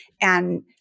and-